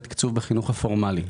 זה תקצוב בחינוך הפורמלי.